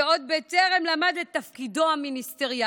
שעוד בטרם למד את תפקידו המיניסטריאלי,